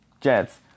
Jets